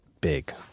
big